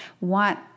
want